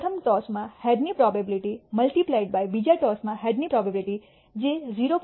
પ્રથમ ટોસમાં હેડ ની પ્રોબેબીલીટી મલ્ટીપ્લાઇડ બાય બીજા ટોસમાં હેડ ની પ્રોબેબીલીટી જે 0